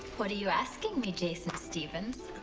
what are you asking me, jason stevens?